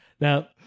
Now